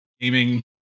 gaming